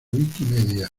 wikimedia